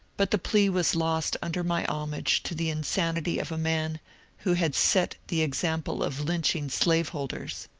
but the plea was lost under my homage to the insanity of a man who had set the example of lynching slaveholders.